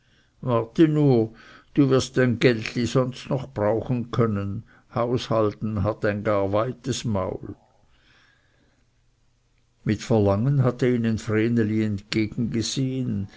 du wirst dein geldli sonst noch brauchen können haushalten hat gar ein weites maul mit verlangen hatte ihnen vreneli